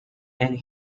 and